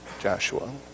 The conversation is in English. Joshua